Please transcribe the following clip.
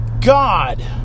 God